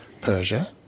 Persia